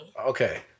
Okay